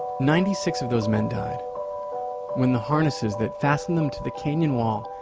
ninety-six of those men died when the harnesses that fastened them to the canyon wall,